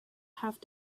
have